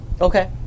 Okay